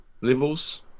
levels